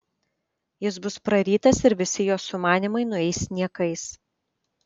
jis bus prarytas ir visi jos sumanymai nueis niekais